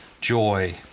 joy